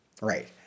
Right